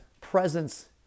presence